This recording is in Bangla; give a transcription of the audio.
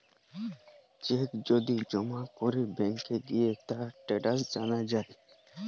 চেক যদি জমা করে ব্যাংকে গিয়ে তার স্টেটাস জানা যায়